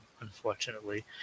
unfortunately